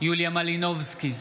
יוליה מלינובסקי,